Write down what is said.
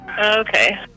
Okay